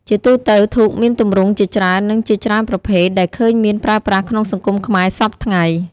ជាទូទៅ ធូបមានទម្រង់ជាច្រើន និងជាច្រើនប្រភេទដែលឃើញមានប្រើប្រាស់ក្នុងសង្គមខ្មែរសព្វថ្ងៃ ។